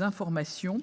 informations